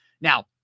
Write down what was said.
Now